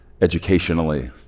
educationally